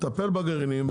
נטפל בגרעינים,